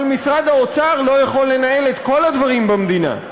אבל משרד האוצר לא יכול לנהל את כל הדברים במדינה.